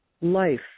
life